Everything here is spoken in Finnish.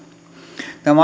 tämä